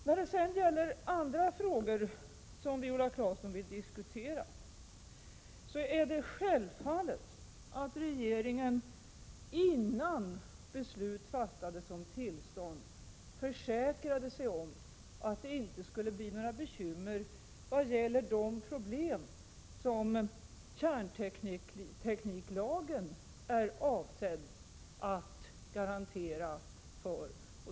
Vad sedan beträffar andra frågor som Viola Claesson vill diskutera är det självklart att regeringen, innan beslut fattades om tillstånd, försäkrade sig om att det inte skulle bli några bekymmer när det gäller de problem där kärntekniklagen är avsedd att ge garantier.